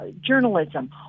journalism